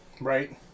right